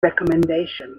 recomendation